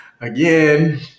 Again